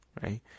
right